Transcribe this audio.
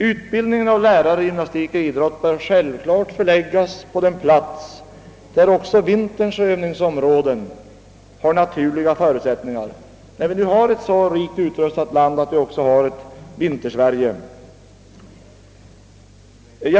Utbildningen av lärare i gymnastik och idrott bör självfallet förläggas till en plats där också vinterns övningsområden har naturliga förutsättningar, när vi nu är så rikt utrustade att vi också har ett Vintersverige.